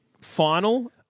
final